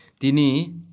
Tini